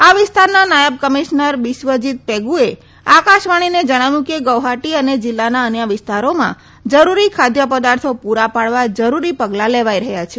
આ વિસ્તારના નાયબ કમિશ્નર બિસ્વજીત પેગુએ આકાશવાણીને જણાવ્યું કે ગૌવહાટી અને જીલ્લાના અન્ય વિસ્તારોમાં જરૂરી ખાદ્ય પદાર્થો પુરા પાડવા જરૂરી પગલાં લેવાઇ રહ્યાં છે